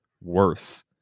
worse